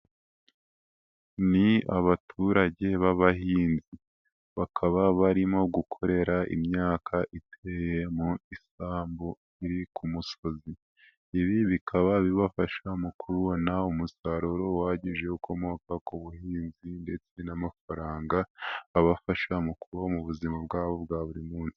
Ni abaturage b'abahinzi, bakaba barimo gukorera imyaka iteyeye mu isambu iri ku musozi. Ibi bikaba bibafasha mu kubona umusaruro uhagije ukomoka ku buhinzi ndetse n'amafaranga abafasha mu kuba mu buzima bwabo bwa burimunsi.